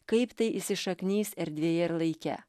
kaip tai įsišaknys erdvėje ir laike